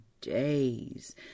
days